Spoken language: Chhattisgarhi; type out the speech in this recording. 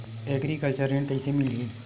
एग्रीकल्चर ऋण कइसे मिलही?